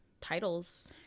titles